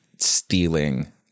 stealing